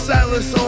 Silence